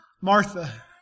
Martha